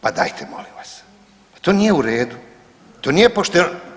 Pa dajte molim vas, pa to nije u redu, to nije pošteno.